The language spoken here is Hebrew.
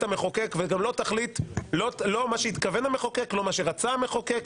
המחוקק וגם לא מה שהתכוון המחוקק ולא מה שרצה המחוקק,